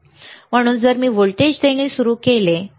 म्हणून जर मी व्होल्टेज देणे सुरू केले बरोबर